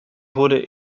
wurde